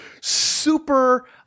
super